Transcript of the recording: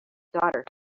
daughter